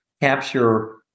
capture